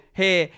hey